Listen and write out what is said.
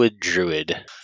Druid